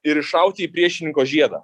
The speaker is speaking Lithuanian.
ir iššauti į priešininko žiedą